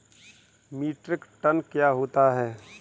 Metric ton क्या होता है?